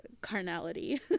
carnality